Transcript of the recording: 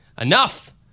Enough